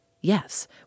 Yes